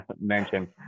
mention